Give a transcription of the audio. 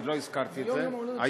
לא הזכרתי את זה.